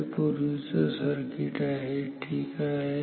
हे पूर्वीच सर्किट आहे ठीक आहे